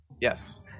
Yes